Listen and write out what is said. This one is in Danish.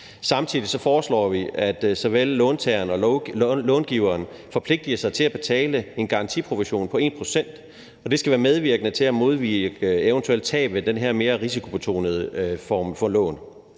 Samtidig foreslår vi, at såvel låntageren som långiveren forpligter sig til at betale en garantiprovision på 1 pct., og det skal være medvirkende til at modvirke eventuelle tab ved den her mere risikobetonede form for lån.